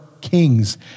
kings